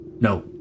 no